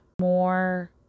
more